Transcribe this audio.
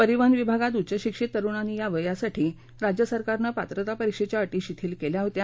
परिवहन विभागात उच्चशिक्षीत तरुणांनी यावं यासाठी राज्य सरकारनं पात्रता परीक्षेच्या अटी शिथिल केल्या होत्या